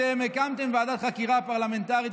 אתם הקמתם ועדת חקירה פרלמנטרית,